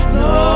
no